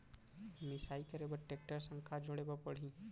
मिसाई करे बर टेकटर संग का जोड़े पड़ही?